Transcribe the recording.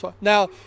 Now